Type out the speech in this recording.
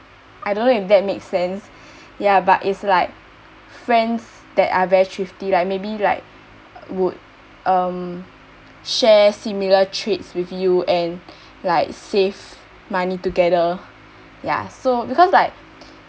I don't if that make sense ya but is like friends that are very thrifty like maybe like would um share similar traits with you and like save money together ya so because like